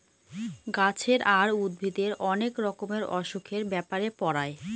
গাছের আর উদ্ভিদের অনেক রকমের অসুখের ব্যাপারে পড়ায়